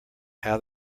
how